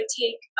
take